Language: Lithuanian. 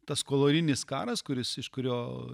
tas kolonijinis karas kuris iš kurio